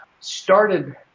started